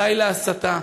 די להסתה,